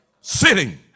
Sitting